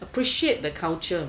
appreciate the culture